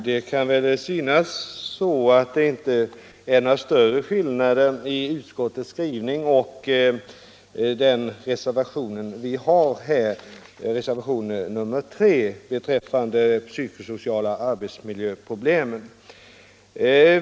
Fru talman! Det kan synas som om det inte råder några större skillnader mellan utskottets skrivning och reservationen 3 beträffande psykosociala arbetsmiljöproblem.